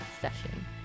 session